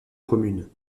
communes